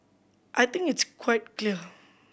I think it's quite clear